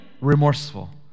remorseful